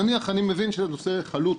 נניח שאני מבין שהנושא חלוט,